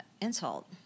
insult